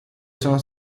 sono